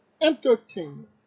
Entertainment